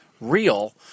real